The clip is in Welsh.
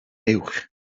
uwch